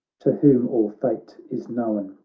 to whom all fate is known,